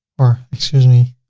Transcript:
or excuse me,